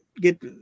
get